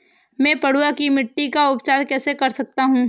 मैं पडुआ की मिट्टी का उपचार कैसे कर सकता हूँ?